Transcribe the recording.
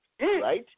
right